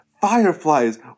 fireflies